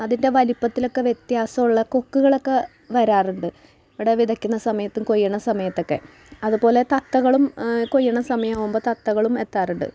അതിൻ്റെ വലിപ്പത്തിലൊക്കെ വ്യത്യാസമുള്ള കൊക്കുകളക്കെ വരാറുണ്ട് ഇവിടെ വിതക്കുന്ന സമയത്തും കൊയ്യണ സമയത്തക്കെ അതുപോലെ തത്തകളും കൊയ്യണ സമയാവുമ്പോൾ തത്തകളും എത്താറുണ്ട്